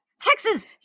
Texas